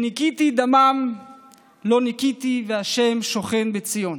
"וניקיתי דמם לא ניקיתי וה' שֹׁכן בציון".